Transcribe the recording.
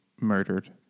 murdered